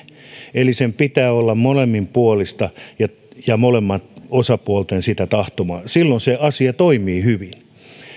eli sen pitää olla molemminpuolista ja ja molempien osapuolten tahtomaa silloin se asia toimii hyvin